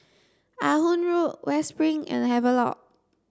Ah Hood Road West Spring and Havelock